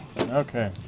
Okay